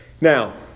Now